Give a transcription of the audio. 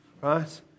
right